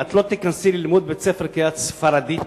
לא תיכנסי ללמוד בבית-הספר כי את ספרדייה,